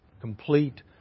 complete